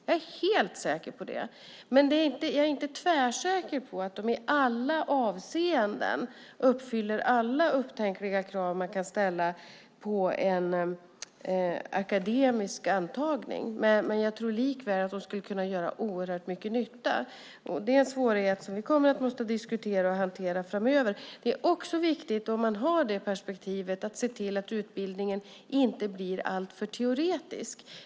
Jag är helt säker på det, men jag är inte tvärsäker på att de i alla avseenden uppfyller alla upptänkliga krav man kan ställa på en akademisk antagning. Jag tror likväl att de skulle kunna göra oerhört mycket nytta. Det är en svårighet som vi kommer att bli tvungna att diskutera och hantera framöver. Om man har det perspektivet är det också viktigt att se till att utbildningen inte blir alltför teoretisk.